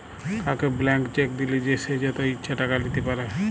কাউকে blank cheque দিলে সে যত ইচ্ছা টাকা লিতে পারে